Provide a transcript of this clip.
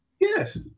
Yes